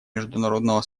международного